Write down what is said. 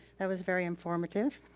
that was very informative.